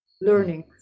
learning